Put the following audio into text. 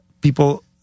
people